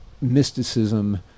mysticism